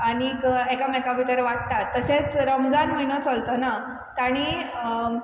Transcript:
आनीक एकामेका भितर वाट्टात तशेंच रमजान म्हयनो चलतना तांणी